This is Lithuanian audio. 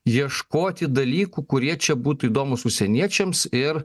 ieškoti dalykų kurie čia būtų įdomūs užsieniečiams ir